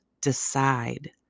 decide